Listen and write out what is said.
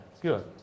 good